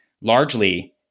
largely